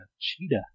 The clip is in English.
cheetah